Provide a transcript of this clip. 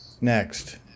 Next